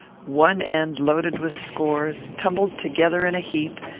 one end loaded with scores, tumbled together in a heap,